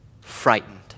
frightened